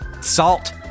Salt